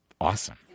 awesome